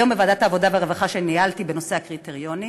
היום בוועדת העבודה והרווחה שניהלתי בנושא הקריטריונים